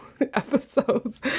episodes